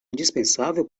indispensável